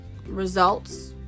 results